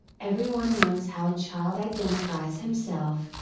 everyone knows how a child identifies himself,